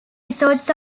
resorts